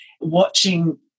watching